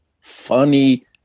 funny